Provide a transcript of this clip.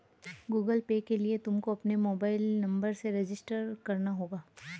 Google pay के लिए तुमको अपने मोबाईल नंबर से रजिस्टर करना होगा